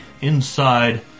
inside